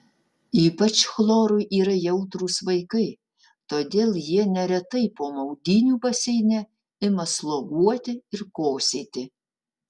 ypač chlorui yra jautrūs vaikai todėl jie neretai po maudynių baseine ima sloguoti ir kosėti